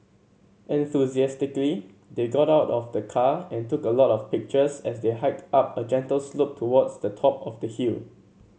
enthusiastically they got out of the car and took a lot of pictures as they hiked up a gentle slope towards the top of the hill